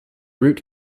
root